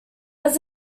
was